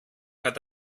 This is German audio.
hat